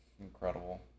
incredible